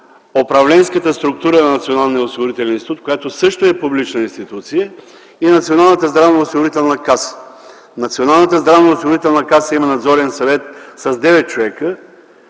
управленската структура на НОИ, който също е публична институция, и Националната здравноосигурителна каса. Националната здравноосигурителна каса има Надзорен съвет с 9 човека.